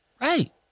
Right